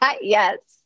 Yes